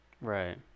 Right